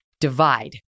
divide